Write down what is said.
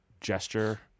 Gesture